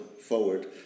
forward